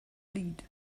lead